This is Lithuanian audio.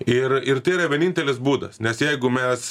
ir ir tai yra vienintelis būdas nes jeigu mes